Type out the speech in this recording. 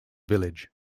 village